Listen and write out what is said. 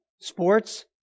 Sports